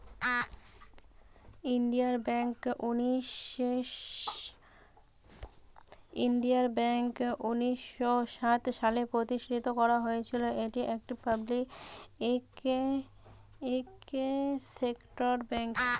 Indian bank উনিশ শ সাত সালে প্রতিষ্ঠান করা হয়েছিল, এটি একটি পাবলিক সেক্টর বেঙ্ক